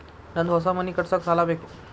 ನಂದು ಹೊಸ ಮನಿ ಕಟ್ಸಾಕ್ ಸಾಲ ಬೇಕು